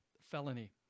felony